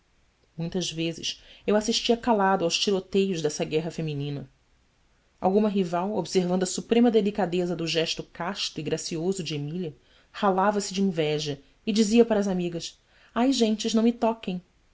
muitas vezes eu assistia calado aos tiroteios dessa guerra feminina alguma rival observando a suprema delicadeza do gesto casto e gracioso de emília ralava se de inveja e dizia para as amigas i gentes não me toquem